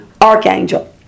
archangel